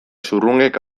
zurrungek